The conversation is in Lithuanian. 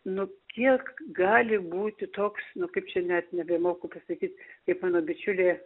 nu kiek gali būti toks nu kaip čia net nebemoku pasakyt kaip mano bičiulė